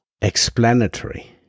explanatory